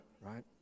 right